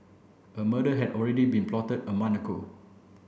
a murder had already been plotted a month ago